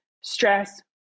stress